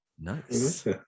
Nice